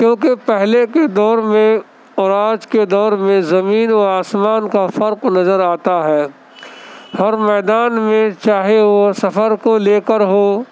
کیونکہ پہلے کے دور میں اور آج کے دور میں زمین و آسمان کا فرق نظر آتا ہے ہر میدان میں چاہے وہ سفر کو لے کر ہو